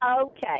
Okay